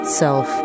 self